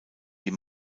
die